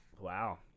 Wow